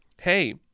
hey